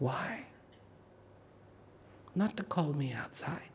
why not to call me outside